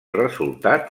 resultat